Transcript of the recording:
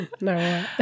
No